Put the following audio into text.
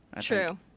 True